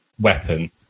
weapon